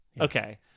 Okay